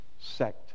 sect